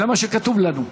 זה מה שכתוב לנו.